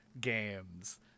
games